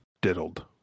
diddled